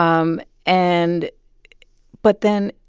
um and but then,